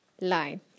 line